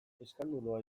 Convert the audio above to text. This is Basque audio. eskandalua